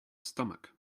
stomach